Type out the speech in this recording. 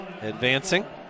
Advancing